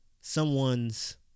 someone's